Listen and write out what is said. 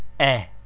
a